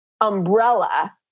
umbrella